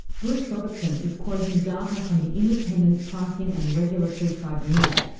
bruce robertson is quoting data from the independent pricing and regulatory tribunal.